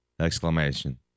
Exclamation